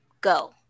Go